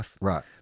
Right